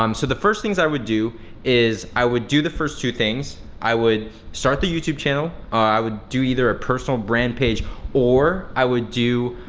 um so the first things i would do is, i would do the first two things, i would start the youtube channel, i would do either a personal brand page or i would do